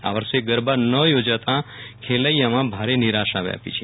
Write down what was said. આ વર્ષે ગરબા ન થોજાતા પ્રૈલેયાઓમાં ભારે નિરાશા વ્યાપી છે